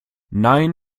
nein